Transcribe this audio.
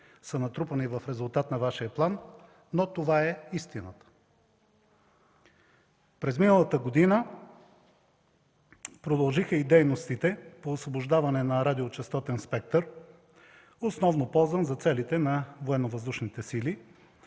са натрупани в резултат на Вашия план, но такава е истината! През миналата година продължиха и дейностите по освобождаване на радиочестотен спектър, ползван основно за целите на